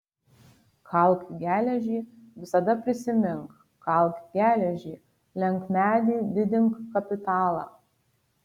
kalk geležį visada prisimink kalk geležį lenk medį didink kapitalą